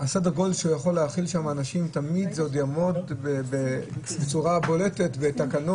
סדר הגודל שהוא יכול להכיל שם אנשים זה עוד יעמוד בצורה בולטת בתקנות,